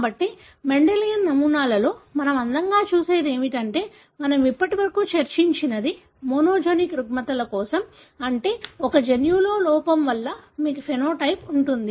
కాబట్టి మెండెలియన్ నమూనాలలో మనం అందంగా చూసేది ఏమిటంటే మనం ఇప్పటివరకు చర్చించినది మోనోజెనిక్ రుగ్మతల కోసం అంటే ఒక జన్యువులో లోపం వల్ల మీకు ఫెనోటైప్ ఉంటుంది